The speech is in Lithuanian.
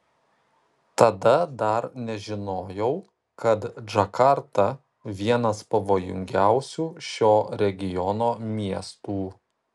tada dar nežinojau kad džakarta vienas pavojingiausių šio regiono miestų